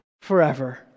forever